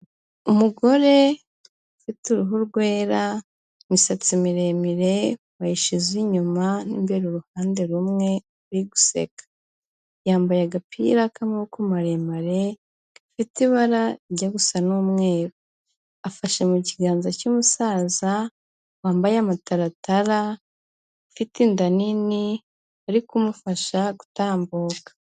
Umugore ufite uruhu rwera, imisatsi miremire, wayishyize inyuma n'imbere uruhande rumwe uri guseka, yambaye agapira k'amaboko maremare gafite ibara rijya gusa n'umweru, afashe mu kiganza cy'umusaza wambaye amataratara, ufite inda nini ari kumufasha gutambuka.